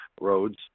Roads